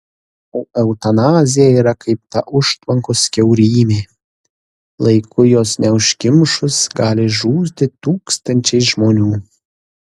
o eutanazija yra kaip ta užtvankos kiaurymė laiku jos neužkimšus gali žūti tūkstančiai žmonių